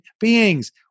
beings